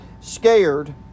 scared